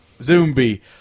Zombie